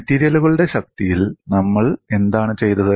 മെറ്റീരിയലുകളുടെ ശക്തിയിൽ നമ്മൾ എന്താണ് ചെയ്തത്